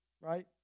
right